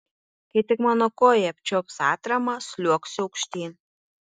kai tik mano koja apčiuops atramą sliuogsiu aukštyn